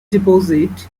deposit